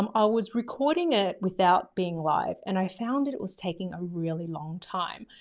um ah was recording it without being live and i found it it was taking a really long time.